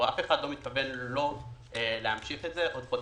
אף אחד לא מתכוון לא להמשיך את זה עוד חודשיים,